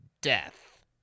death